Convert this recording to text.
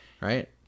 right